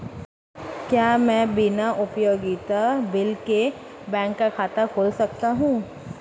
क्या मैं बिना उपयोगिता बिल के बैंक खाता खोल सकता हूँ?